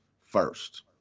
First